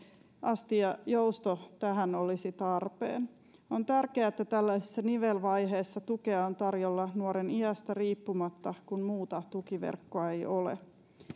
asti ja jousto tähän olisi tarpeen on tärkeää että tällaisessa nivelvaiheessa tukea on tarjolla nuoren iästä riippumatta kun muuta tukiverkkoa ei ole